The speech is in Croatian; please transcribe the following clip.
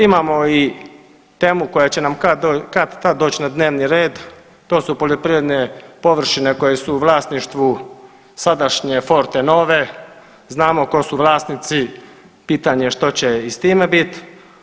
Imamo i temu koja će nam kad-tad doć na dnevni red, to su poljoprivredne površine koje su u vlasništvu sadašnje Fortenove, znamo ko su vlasnici, pitanje je što će i s time bit.